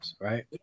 right